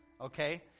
Okay